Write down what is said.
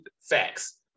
facts